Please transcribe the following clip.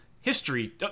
history